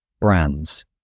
brands